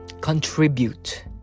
contribute